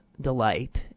delight